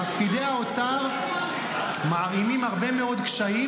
פקידי האוצר מערימים הרבה מאוד קשיים